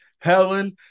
Helen